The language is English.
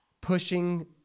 pushing